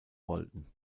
wollten